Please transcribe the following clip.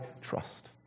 trust